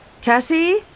Cassie